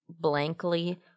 blankly